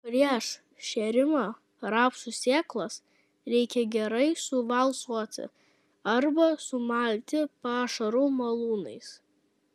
prieš šėrimą rapsų sėklas reikia gerai suvalcuoti arba sumalti pašarų malūnais